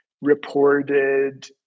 reported